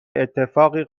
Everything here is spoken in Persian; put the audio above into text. اتفاقی